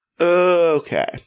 Okay